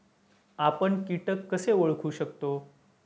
आपण कीटक कसे ओळखू शकतो?